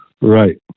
Right